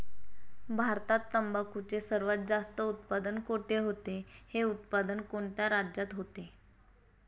भारतात तंबाखूचे सर्वात जास्त उत्पादन कोठे होते? हे उत्पादन कोणत्या राज्यात होते?